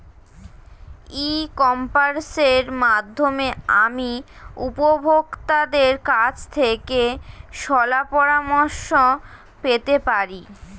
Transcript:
ই কমার্সের মাধ্যমে আমি উপভোগতাদের কাছ থেকে শলাপরামর্শ পেতে পারি?